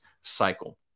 cycle